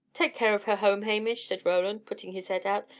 take care of her home, hamish, said roland, putting his head out.